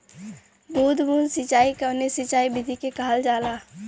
बूंद बूंद सिंचाई कवने सिंचाई विधि के कहल जाला?